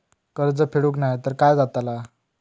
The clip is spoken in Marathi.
कर्ज फेडूक नाय तर काय जाताला?